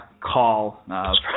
call